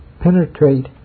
penetrate